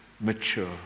mature